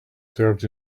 served